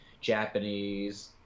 Japanese